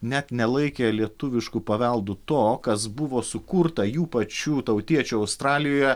net nelaikė lietuvišku paveldu to kas buvo sukurta jų pačių tautiečių australijoje